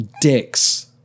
dicks